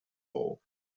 hole